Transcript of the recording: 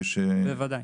בוודאי.